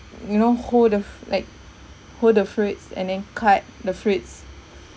you know hold the like hold the fruits and then cut the fruits